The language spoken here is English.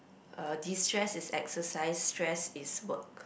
uh destress is exercise stress is work